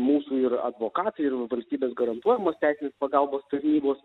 mūsų ir advokatai ir valstybės garantuojamos teisinės pagalbos tarnybos